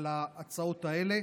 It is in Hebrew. על ההצעות האלה,